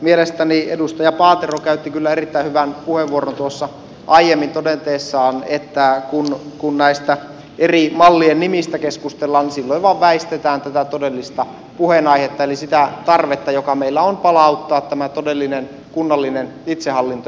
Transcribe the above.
mielestäni edustaja paatero käytti kyllä erittäin hyvän puheenvuoron aiemmin todetessaan että kun näistä eri mallien nimistä keskustellaan silloin vain väistetään tätä todellista puheenaihetta eli sitä tarvetta joka meillä on palauttaa tämä todellinen kunnallinen itsehallinto